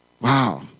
Wow